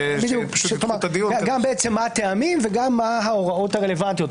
מה הטעמים וגם מה ההוראות הרלוונטיות.